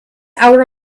hour